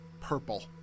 purple